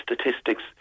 statistics